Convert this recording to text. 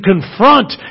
confront